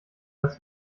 dass